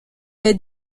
est